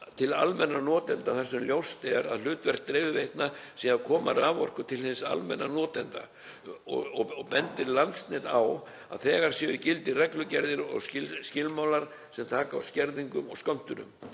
til almennra notenda þar sem ljóst er að hlutverk dreifiveitna sé að koma raforku til hins almenna notanda. Bendir Landsnet á að þegar séu í gildi reglugerðir og skýrir skilmálar sem taki á skerðingum og skömmtunum.